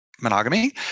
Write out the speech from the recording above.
monogamy